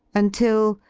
until.